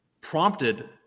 prompted